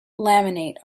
laminate